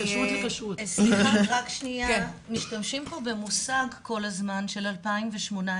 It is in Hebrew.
רק הערה: משתמשים פה כל הזמן במושג של